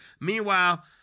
Meanwhile